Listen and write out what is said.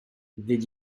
did